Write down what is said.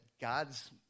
God's